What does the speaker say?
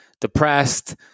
depressed